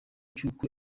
cy’uko